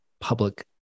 public